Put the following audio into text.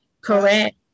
Correct